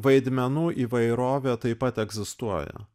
vaidmenų įvairovė taip pat egzistuoja